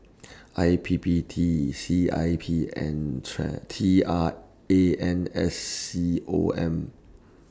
I P P T C I P and Try T R A N S C O M